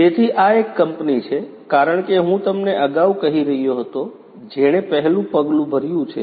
તેથી આ એક કંપની છે કારણ કે હું તમને અગાઉ કહી રહ્યો હતો જેણે પહેલું પગલું ભર્યું છે